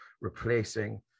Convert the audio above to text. replacing